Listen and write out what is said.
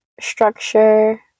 structure